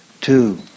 two